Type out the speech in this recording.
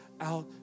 out